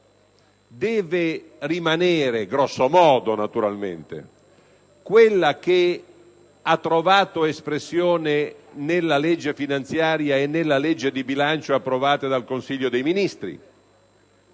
deve rimanere (grosso modo, naturalmente) quella che ha trovato espressione nella legge finanziaria e nella legge di bilancio approvata dal Consiglio dei ministri,